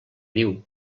diu